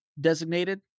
designated